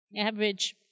Average